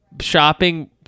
shopping